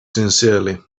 sincerely